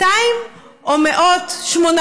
200 או 800?